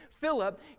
Philip